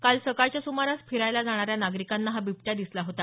काल सकाळच्या सुमारास फिरायला जाणाऱ्या नागरिकांना हा बिबट्या दिसला होता